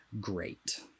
great